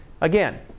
Again